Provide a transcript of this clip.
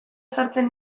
sartzen